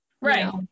Right